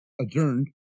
adjourned